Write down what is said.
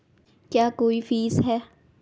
क्या कोई फीस है?